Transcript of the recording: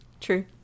True